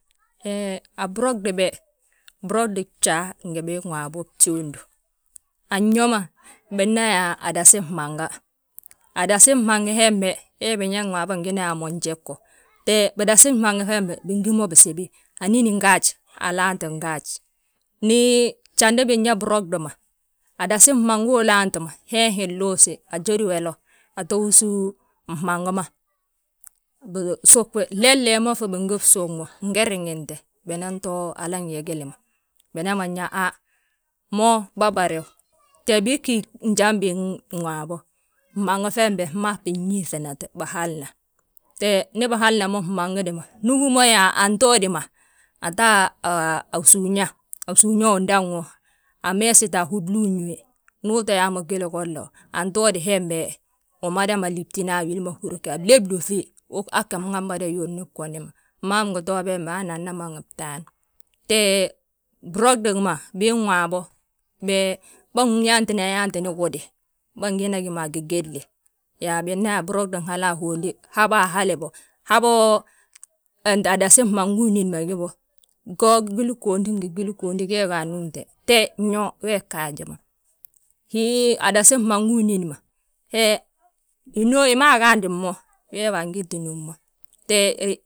He a brogdi be, brogdi bjaa ngi biin waabo jondi, anyo ma: Biina yaa, adasi fmmaga, adasi fmmangi hembe, hee biñaŋ waabo ngina yaa mo njego. Te bidasi fmmangi fembe bingi mo bisibi, anín ngaaj alaanti ngaaj. Ndi jandi binyaa brogdi ma, adasi fmmangu ulaanti ma hee hi nluusi ajédi wélo ato wúsu fmmangi ma. Binsug, flee flee ma bingi bsug mo nge riŋinte, binan to hala yegili ma, binaman yaa: Ha mo bâbarew, te bii ggí njan biinwaabo, fmmangi fembe fmaafi binyíiŧinate, bihala. Te ndi bihalna mo fmmangi di ma, ndu ugí mo yaa antoodi ma, ato a súuña, a súuña undaŋ, ameesita a húbli uñuwe. Ndu uto yaa mo gwili gollo, antodi hembe umada libtina a wili ma húri yaa flee blúŧi. Aa ggi mada yuusni bgoni ma. Mma gi too bembe hana anna maŋi btaan. Te brogdi ma, biin waabo, be be nyaantina yaante gudi. Bângina gi mo a gigédle yaa bina yaa brogdi hala ahondi habo ahli bo, habo adasi fmmangu unín ma gí bo. Go gwili góondi ngi gwilin góondi gee ge anúmte te nyaa gee ggaaji ma. Wii adasi fmmangu unín ma, he wi ma agaadni mo, wee wa angiti núm mo, te he.